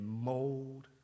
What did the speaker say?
mold